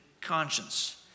conscience